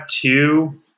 two